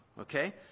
Okay